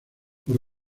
por